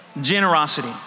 Generosity